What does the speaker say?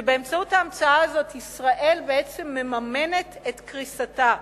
כשבאמצעות ההמצאה הזאת ישראל בעצם מממנת את קריסתה.